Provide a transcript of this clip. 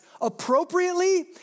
appropriately